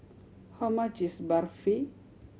how much is Barfi